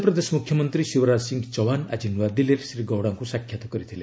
ମଧ୍ୟପ୍ରଦେଶ ମୁଖ୍ୟମନ୍ତ୍ରୀ ଶିବରାଜ ସିଂହ ଚୌହାନ ଆଜି ନୂଆଦିଲ୍ଲୀରେ ଶ୍ରୀ ଗୌଡ଼ାଙ୍କୁ ସାକ୍ଷାତ କରିଥିଲେ